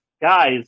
guys